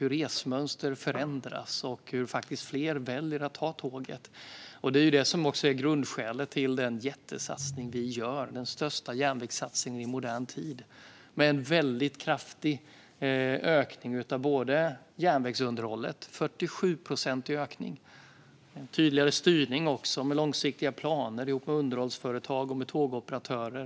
Resmönster förändras, och fler väljer att ta tåget. Det är också grundskälet till den jättesatsning som vi gör. Det är den största järnvägssatsningen i modern tid. Det blir en väldigt kraftig ökning av järnvägsunderhållet. Det är en 47-procentig ökning. Det blir också en tydligare styrning med långsiktiga planer ihop med underhållsföretag och tågoperatörer.